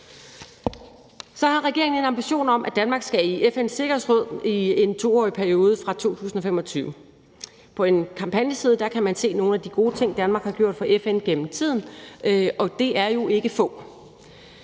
Så har regeringen en ambition om, at Danmark skal i FN's Sikkerhedsråd i en 2-årig periode fra 2025. På en kampagneside kan man se nogle af de gode ting, Danmark har gjort for FN gennem tiden, og det er jo ikke få.